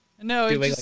no